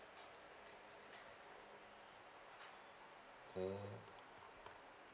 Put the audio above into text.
mm